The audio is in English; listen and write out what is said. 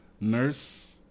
Nurse